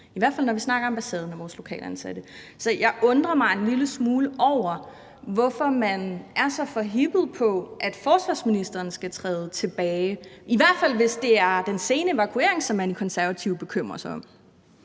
i hvert fald når vi snakker om ambassaden og vores lokalt ansatte. Så jeg undrer mig en lille smule over, hvorfor man er så forhippet på, at forsvarsministeren skal træde tilbage, i hvert fald hvis det er den sene evakuering, som man i Konservative bekymrer sig om.